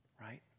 right